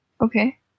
Okay